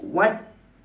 what